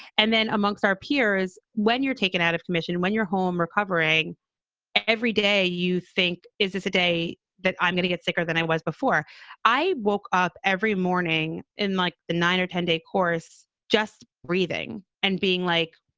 and then amongst our peers, when you're taken out of commission, when you're home recovering every day, you think, is this a day that i'm gonna get sicker than i was before i woke up every morning in like the nine or ten day course, just breathing and being like,